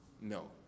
No